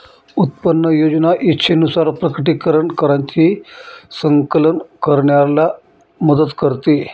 उत्पन्न योजना इच्छेनुसार प्रकटीकरण कराची संकलन करण्याला मदत करते